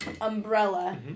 umbrella